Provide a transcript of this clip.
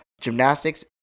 gymnastics